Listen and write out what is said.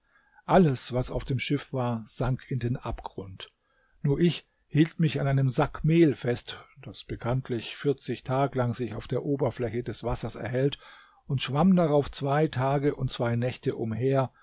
alles was auf dem schiff war sank in den abgrund nur ich hielt mich an einem sack mehl fest das bekanntlich vierzig tag lang sich auf der oberfläche des wassers erhält und schwamm darauf zwei tage und zwei nächte umher